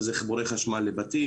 וזה חיבור החשמל לבתים,